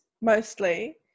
mostly